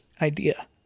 idea